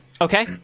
Okay